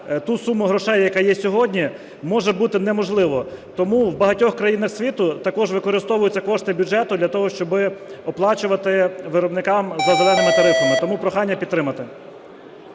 ту суму грошей, яка є сьогодні, може бути неможливо. Тому в багатьох країнах світу також використовуються кошти бюджету для того, щоби оплачувати виробникам за "зеленими" тарифами. Тому прохання підтримати.